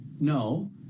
no